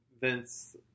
Vince